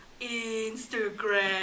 Instagram